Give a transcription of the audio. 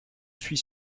suis